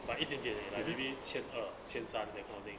by 一点点而已 like maybe 千二千三 that kind of thing